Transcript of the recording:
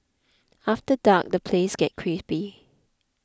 after dark the place gets creepy